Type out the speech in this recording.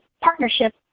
partnership